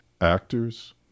actors